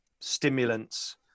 stimulants